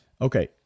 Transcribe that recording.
Okay